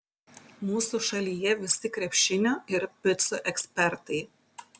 mūsų šalyje visi krepšinio ir picų ekspertai